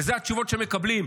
ואלה התשובות שמקבלים.